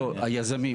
לא, היזמים.